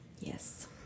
Yes